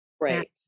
Right